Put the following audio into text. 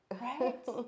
Right